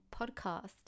podcast